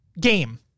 game